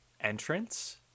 entrance